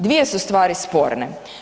Dvije su stvari sporne.